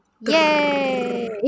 Yay